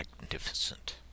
magnificent